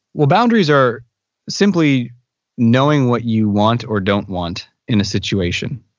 well boundaries are simply knowing what you want or don't want in a situation.